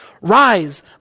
Rise